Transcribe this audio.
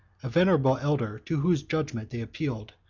a venerable elder, to whose judgment they appealed,